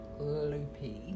loopy